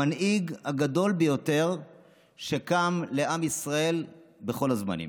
המנהיג הגדול ביותר שקם לעם ישראל בכל הזמנים.